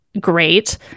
great